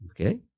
Okay